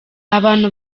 abantu